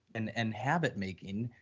and and habit making,